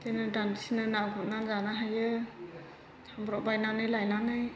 बिदिनो दानसिनो ना गुरना जानो हायो थांब्रबबायनानै लायनानै